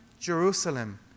Jerusalem